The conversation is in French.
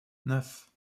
neuf